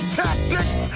tactics